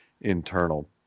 internal